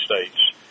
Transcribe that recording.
States